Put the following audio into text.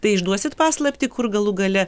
tai išduosit paslaptį kur galų gale